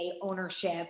ownership